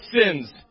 sins